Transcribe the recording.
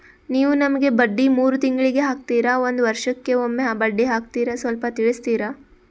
ನೀವು ನಮಗೆ ಬಡ್ಡಿ ಮೂರು ತಿಂಗಳಿಗೆ ಹಾಕ್ತಿರಾ, ಒಂದ್ ವರ್ಷಕ್ಕೆ ಒಮ್ಮೆ ಬಡ್ಡಿ ಹಾಕ್ತಿರಾ ಸ್ವಲ್ಪ ತಿಳಿಸ್ತೀರ?